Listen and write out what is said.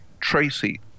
Tracy